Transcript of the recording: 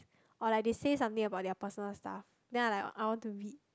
or like they say something about their personal stuff then I like I want to read